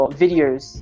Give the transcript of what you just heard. videos